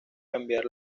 cambiar